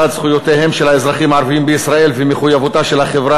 1. זכויותיהם של האזרחים הערבים בישראל ומחויבותה של החברה